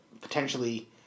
Potentially